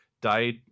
died